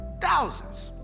thousands